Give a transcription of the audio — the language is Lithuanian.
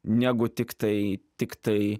negu tiktai tiktai